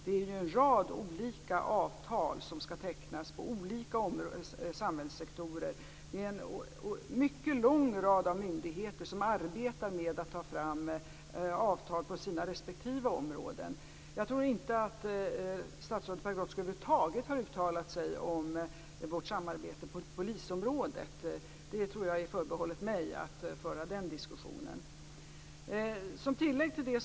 Det är ju en rad olika avtal som skall tecknas inom olika samhällssektorer och en mycket lång rad av myndigheter som arbetar med att ta fram avtal på sina respektive områden. Jag tror inte att statsrådet Pagrotsky över huvud taget har uttalat sig om vårt samarbete på polisområdet. Att föra den diskussionen tror jag är förbehållet mig.